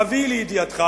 אביא לידיעתך